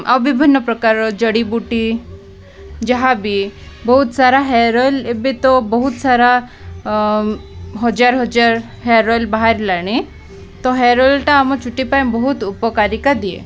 ଆଉ ବିଭିନ୍ନ ପ୍ରକାରର ଜଡ଼ିିବୁଟି ଯାହା ବିି ବହୁତ ସାରା ହେୟାର୍ ଅଏଲ୍ ଏବେ ତ ବହୁତ ସାରା ହଜାର ହଜାର ହେୟାର୍ ଅଏଲ୍ ବାହାରିଲାଣି ତ ହେୟାର୍ ଅଏଲ୍ଟା ଆମ ଚୁଟି ପାଇଁ ବହୁତ ଉପକାରିତା ଦିଏ